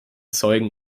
zeugen